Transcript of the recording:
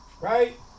right